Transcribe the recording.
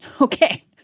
Okay